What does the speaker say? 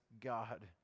God